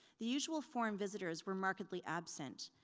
the usual foreign visitors were markedly absent.